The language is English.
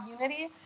unity